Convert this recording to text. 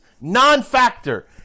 non-factor